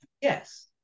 Yes